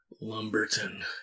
Lumberton